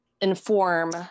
inform